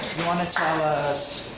wanna tell us,